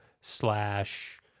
slash